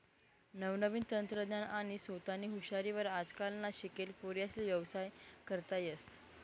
नवनवीन तंत्रज्ञान आणि सोतानी हुशारी वर आजकालना शिकेल पोर्यास्ले व्यवसाय करता येस